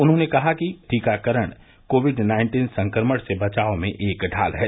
उन्होंने कहा कि टीकाकरण कोविड नाइन्टीन संक्रमण से बचाव में एक ढाल है